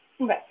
Okay